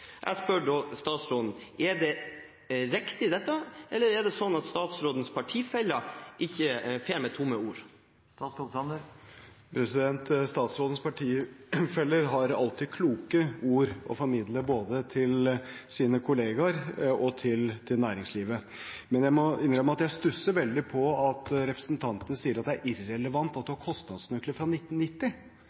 Jeg spør da statsråden: Er dette riktig, eller er det slik at statsrådens partifeller farer med tomme ord? Statsrådens partifeller har alltid kloke ord å formidle både til sine kolleger og til næringslivet, men jeg må innrømme at jeg stusser veldig over at representanten sier det er irrelevant at det var kostnadsnøkler fra 1990.